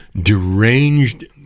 deranged